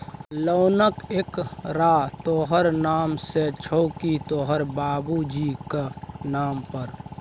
लोनक एकरार तोहर नाम सँ छौ की तोहर बाबुजीक नाम पर